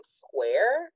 square